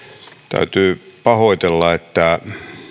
täytyy pahoitella että edustaja savola vei minulta